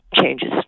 changes